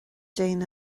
déan